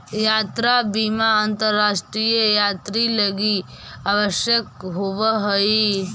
यात्रा बीमा अंतरराष्ट्रीय यात्रि लगी आवश्यक होवऽ हई